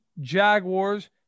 Jaguars